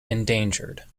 endangered